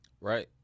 Right